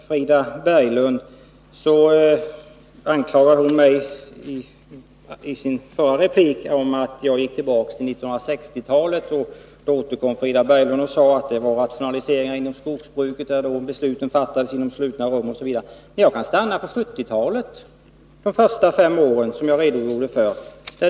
Frida Berglund anklagade mig i sin förra replik för att jag gick tillbaka till 1960-talet. Då återkom Frida Berglund och sade att det var rationaliseringar inom skogsbruket, där besluten fattades inom slutna rum, osv. Jag kan stanna vid de fem första åren på 1970-talet, som jag redogjorde för.